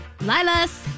Lilas